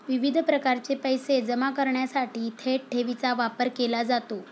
विविध प्रकारचे पैसे जमा करण्यासाठी थेट ठेवीचा वापर केला जातो